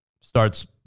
starts